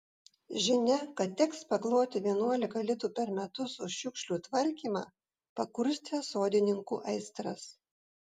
žinia kad teks pakloti vienuolika litų per metus už šiukšlių tvarkymą pakurstė sodininkų aistras